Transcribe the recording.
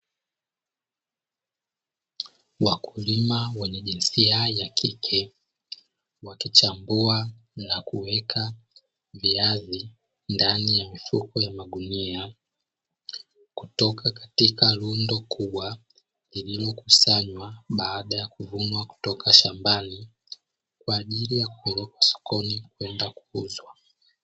Wakulima wenye jinsia ya kike wakichambua na kuweka viazi ndani ya mifuko ya magunia kutoka katika rundo kubwa, lililokusanywa baada ya kuvunwa kutoka shambani kwa ajili ya kupelekwa sokoni kwenda kuuzwa.